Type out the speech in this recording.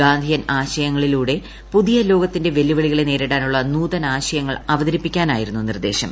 ഗാന്ധിയൻ ആശയങ്ങളിലൂടെ പുതിയ ലോകത്തിന്റെ വെല്ലുവിളികളെ നേരിടാനുള്ള നൂതനാശങ്ങൾ അവതരിപ്പിക്കാനായിരുന്നു നിർദ്ദേശം